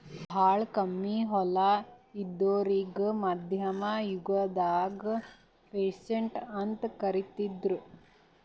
ಭಾಳ್ ಕಮ್ಮಿ ಹೊಲ ಇದ್ದೋರಿಗಾ ಮಧ್ಯಮ್ ಯುಗದಾಗ್ ಪೀಸಂಟ್ ಅಂತ್ ಕರಿತಿದ್ರು